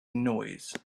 noise